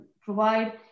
provide